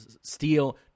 Steel